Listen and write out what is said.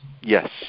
Yes